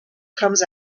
comes